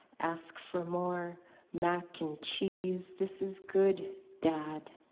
ask for more mac n cheese. this is good, dad,